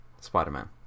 Spider-Man